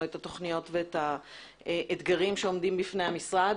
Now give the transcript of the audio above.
את התוכניות ואת האתגרים שעומדים בפני המשרד.